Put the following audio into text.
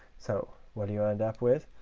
so what do you end up with?